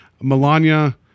Melania